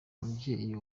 umubyeyi